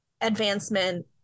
advancement